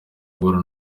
guhura